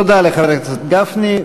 תודה לחבר הכנסת גפני.